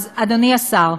אז, אדוני השר,